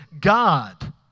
God